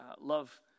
love